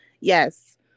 Yes